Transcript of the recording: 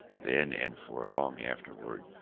then and for long afterwards,